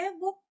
book